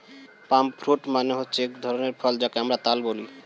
পাম fruit মানে হচ্ছে এক ধরনের ফল যাকে আমরা তাল বলি